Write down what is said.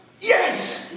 Yes